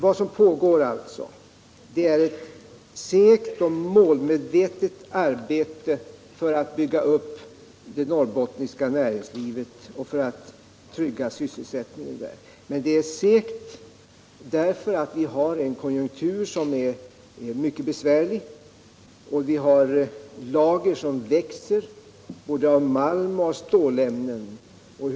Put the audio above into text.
Vad som pågår är ett segt och målmedvetet arbete för att bygga upp det norrbottniska näringslivet och trygga sysselsättningen i Norrbotten. Det är segt därför att vi har en konjunktur som är mycket besvärlig. Lagren, både av malm och av stålämnen, växer.